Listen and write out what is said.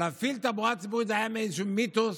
אבל להפעיל תחבורה ציבורית זה היה איזשהו אתוס,